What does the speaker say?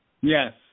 Yes